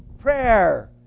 prayer